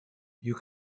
you